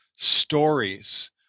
stories